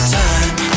time